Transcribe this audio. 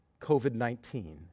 COVID-19